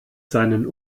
seinen